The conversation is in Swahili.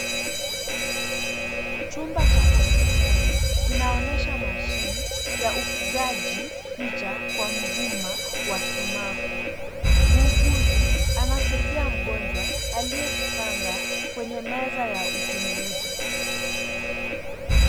Chumba cha hospitali kinaonyesha machine ya upigaji picha kwa mvuma wa sumaku. Muuguzi anasaidia mgonjwa aliyejipanga kwenye meza ya uchunguzi.